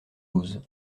douze